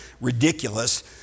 ridiculous